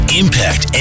impact